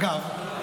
אגב,